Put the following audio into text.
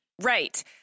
Right